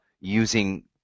using